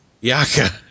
Yaka